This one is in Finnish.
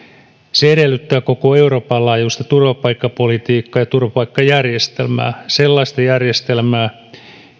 se edellyttää koko euroopan laajuista turvapaikkapolitiikkaa ja turvapaikkajärjestelmää sellaista järjestelmää